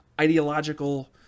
ideological